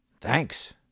Thanks